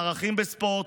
ערכים בספורט,